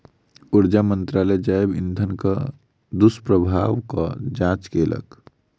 ऊर्जा मंत्रालय जैव इंधनक दुष्प्रभावक जांच केलक